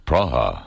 Praha